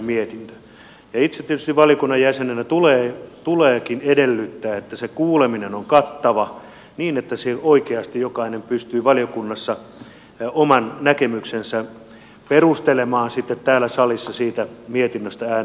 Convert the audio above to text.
ja itse tietysti valiokunnan jäsenenä mielestäni tuleekin edellyttää että se kuuleminen on kattava niin että oikeasti jokainen valiokunnassa pystyy oman näkemyksensä perustelemaan sitten täällä salissa siitä mietinnöstä äänestettäessä